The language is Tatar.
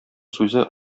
сүзе